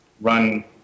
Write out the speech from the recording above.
run